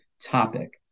topic